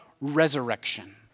resurrection